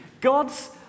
God's